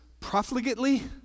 profligately